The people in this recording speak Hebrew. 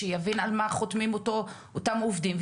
שיבין על מה חותמים אותם עובדים,